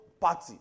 party